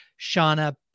Shauna